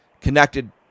connected